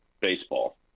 baseball